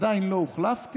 ועדיין לא הוחלפתי,